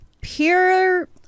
pure